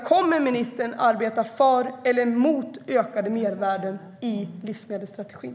Kommer ministern att arbeta för eller emot ökade mervärden i livsmedelsstrategin?